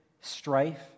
strife